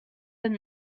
that